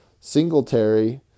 Singletary